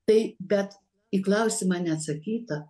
tai bet į klausimą neatsakyta